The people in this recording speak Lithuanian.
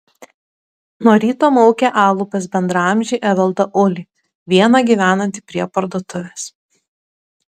nuo ryto maukė alų pas bendraamžį evaldą ulį vieną gyvenantį prie parduotuvės